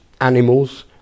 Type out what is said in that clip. animals